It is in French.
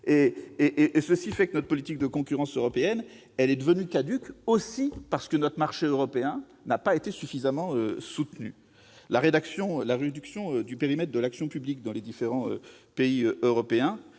De fait, la politique de concurrence européenne est aussi devenue caduque parce que le marché européen n'a pas été suffisamment soutenu. La réduction du périmètre de l'action publique dans les différents pays européens,